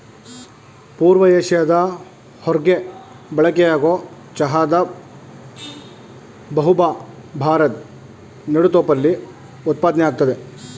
ಪೂರ್ವ ಏಷ್ಯಾದ ಹೊರ್ಗೆ ಬಳಕೆಯಾಗೊ ಚಹಾದ ಬಹುಭಾ ಭಾರದ್ ನೆಡುತೋಪಲ್ಲಿ ಉತ್ಪಾದ್ನೆ ಆಗ್ತದೆ